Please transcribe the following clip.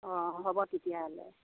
অ' হ'ব তেতিয়াহ'লে